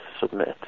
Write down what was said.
submit